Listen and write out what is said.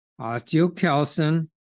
osteocalcin